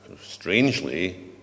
strangely